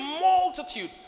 multitude